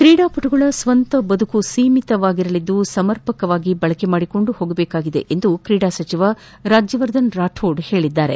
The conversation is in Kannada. ಕ್ರೀಡಾಪಟುಗಳ ಸ್ನಂತ ಬದುಕು ಸೀಮಿತವಾಗಿರಲಿದ್ದು ಸಮರ್ಪಕವಾಗಿ ಬಳಕೆ ಮಾಡಿಕೊಂಡು ಹೋಗಬೇಕಿದೆ ಎಂದು ಕ್ರೀಡಾ ಸಚಿವ ರಾಜ್ಯವರ್ಧನ್ ರಾಥೋಡ್ ಹೇಳಿದ್ದಾರೆ